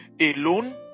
alone